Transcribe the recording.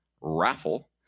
raffle